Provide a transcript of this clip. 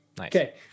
Okay